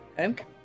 Okay